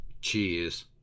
Cheers